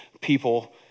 people